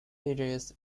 ages